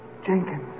Jenkins